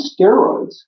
steroids